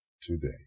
today